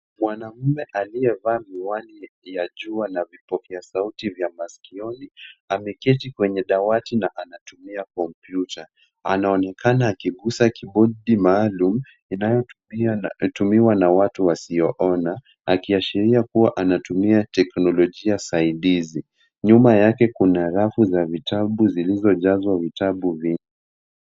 Mwanaume aliyevaa miwani ya jua na vipokea sauti vya maskioni ameketi kwenye dawati na anatumia kompyuta. Anaonekana akigusa kibodi maalum inayotumiwa na watu wasioona akiashiria kuwa anatumia teknolojia saidizi. Nyuma yake kuna rafu za vitabu zilizojazwa vitabu vingi.